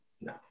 No